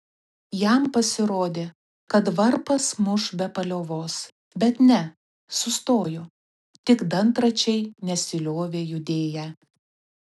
jam pasirodė kad varpas muš be paliovos bet ne sustojo tik dantračiai nesiliovė judėję